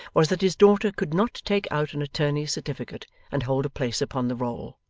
was, that his daughter could not take out an attorney's certificate and hold a place upon the roll.